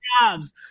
jobs